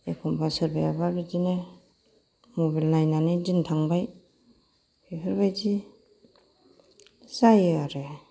एखमबा सोरबायाबा बिदिनो मबेल नायनानै दिन थांबाय बेफोरबादि जायो आरो